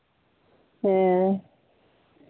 ᱦᱮᱸ